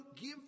give